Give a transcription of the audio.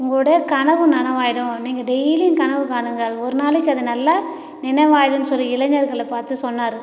உங்களோட கனவு நனவாய்டும் நீங்கள் டெய்லியும் கனவு காணுங்கள் ஒரு நாளைக்கு அது நல்ல நினவாய்டும் சொல்லி இளைஞர்களை பார்த்து சொன்னார்